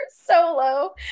solo